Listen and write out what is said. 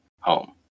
home